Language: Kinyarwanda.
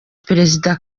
perezida